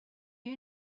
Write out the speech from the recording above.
you